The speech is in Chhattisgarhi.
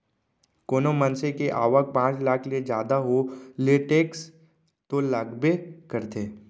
कोनो मनसे के आवक पॉच लाख ले जादा हो ले टेक्स तो लगबे करथे